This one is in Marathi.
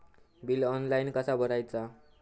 बिल ऑनलाइन कसा भरायचा?